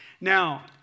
Now